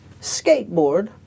skateboard